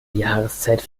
jahreszeit